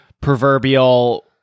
proverbial